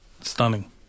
stunning